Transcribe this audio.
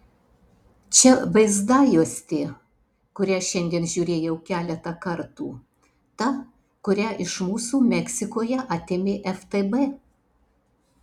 čia vaizdajuostė kurią šiandien žiūrėjau keletą kartų ta kurią iš mūsų meksikoje atėmė ftb